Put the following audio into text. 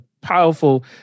powerful